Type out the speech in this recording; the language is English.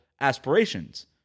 aspirations